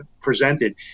presented